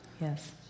Yes